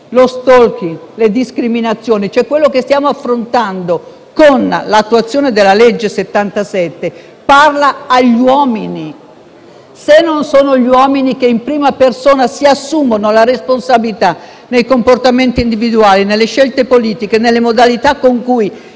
lo *stalking* e le discriminazioni - cioè quello che stiamo affrontando con l'attuazione della legge n. 77 - parla agli uomini. Se non sono gli uomini che in prima persona si assumono la responsabilità nei comportamenti individuali, nelle scelte politiche e nelle modalità con cui